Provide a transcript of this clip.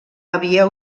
havia